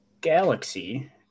galaxy